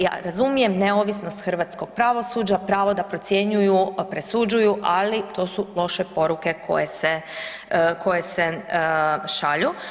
Ja razumijem neovisnost hrvatskog pravosuđa, pravo da procjenjuju, presuđuju, ali to su loše poruke koje se šalju.